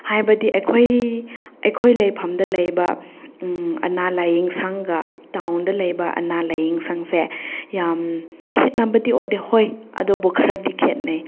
ꯍꯥꯏꯕꯗꯤ ꯑꯩꯈꯣꯏ ꯑꯩꯈꯣꯏ ꯂꯩꯐꯝꯗ ꯂꯩꯕ ꯑꯅꯥ ꯂꯥꯏꯌꯦꯡꯁꯪꯒ ꯇꯥꯎꯟꯗ ꯂꯩꯕ ꯑꯅꯥ ꯂꯥꯏꯌꯦꯡꯁꯪꯁꯦ ꯌꯥꯝ ꯈꯦꯠꯅꯕꯗꯤ ꯑꯣꯏꯗꯦ ꯍꯣꯏ ꯑꯗꯨꯕꯨ ꯈꯔꯗꯤ ꯈꯦꯠꯅꯩ